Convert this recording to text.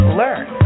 learn